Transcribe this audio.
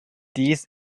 dies